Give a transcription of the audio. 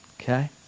okay